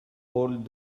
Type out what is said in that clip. old